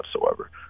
whatsoever